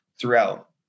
throughout